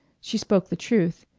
she spoke the truth.